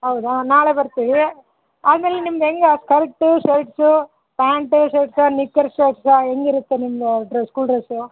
ಹೌದಾ ನಾಳೆ ಬರ್ತೀವಿ ಆಮೇಲೆ ನಿಮ್ದು ಹೆಂಗೆ ಆ skirt shirts pant shirts knicker shirts ಹೆಂಗಿರುತ್ತೆ ನಿಮ್ಮದು ಡ್ರಸ್ ಸ್ಕೂಲ್ ಡ್ರಸ್ಸು